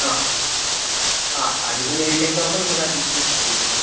ആ ആ അതിന് മുകളിലേക്ക് ആവുമ്പം നമുക്ക് അഡീഷണൽ ചാർജ് വരും സാർ